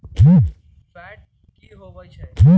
Fat की होवछै?